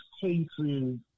cases